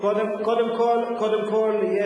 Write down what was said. קודם כול,